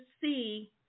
see